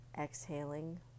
exhaling